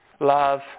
love